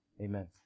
Amen